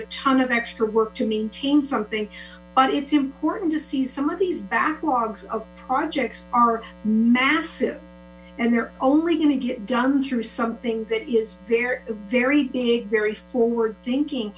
a ton of extra work to maintain something it's important to see some of these backlogs of projects are massive and they're only going to get done through something that is very very big very forward thinking